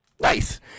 Nice